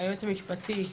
היועץ המשפטי,